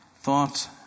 thought